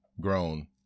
Grown